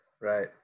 Right